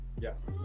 Yes